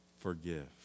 forgive